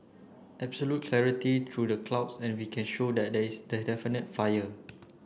absolute clarity through the clouds and we can show that there is definitely a fire